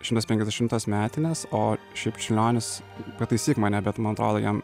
šimtas penkiasdešimtos metinės o šiaip čiurlionis pataisyk mane bet man atrodo jam